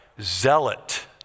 Zealot